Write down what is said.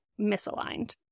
misaligned